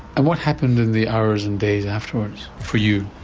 and what happened in the hours and days afterwards for you?